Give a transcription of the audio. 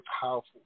powerful